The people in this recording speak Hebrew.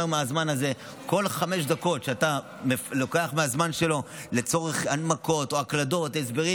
כל חמש דקות שאתה לוקח מהזמן שלו לצורך הנמקות או הקלדות והסברים,